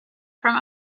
from